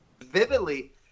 vividly